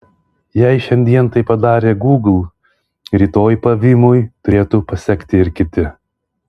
jei šiandien tai padarė gūgl rytoj pavymui turėtų pasekti ir kiti